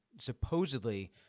supposedly